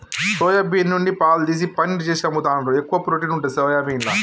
soya bean నుండి పాలు తీసి పనీర్ చేసి అమ్ముతాండ్రు, ఎక్కువ ప్రోటీన్ ఉంటది సోయాబీన్ల